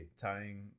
Tying